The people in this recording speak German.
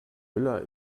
müller